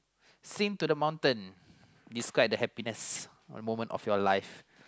sing to the mountain describe the happiness moment of your life